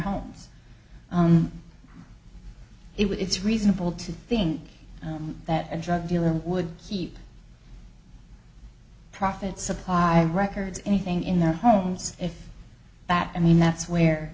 would it's reasonable to think that a drug dealer would keep profits supply records anything in their homes if that i mean that's where